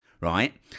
right